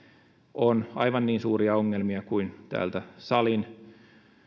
on aivan niin suuria ongelmia kuin salin